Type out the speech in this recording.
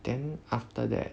then after that